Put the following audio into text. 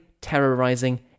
terrorizing